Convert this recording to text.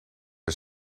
are